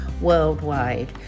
worldwide